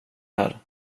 här